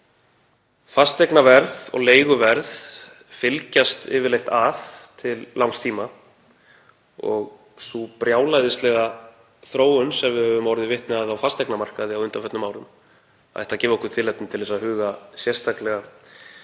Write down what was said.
við sér. Fasteignaverð og leiguverð fylgjast yfirleitt að til langs tíma og sú brjálæðislega þróun sem við höfum orðið vitni að á fasteignamarkaði á undanförnum árum ætti að gefa okkur tilefni til að huga sérstaklega